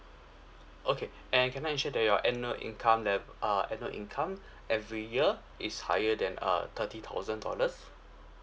okay and can I ensure that your annual income lev~ uh annual income every year is higher than uh thirty thousand dollars